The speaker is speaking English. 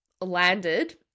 landed